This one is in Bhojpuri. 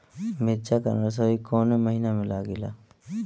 मिरचा का नर्सरी कौने महीना में लागिला?